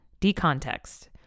Decontext